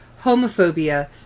homophobia